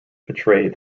portrayed